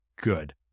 good